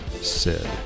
Sid